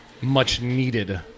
much-needed